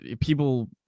people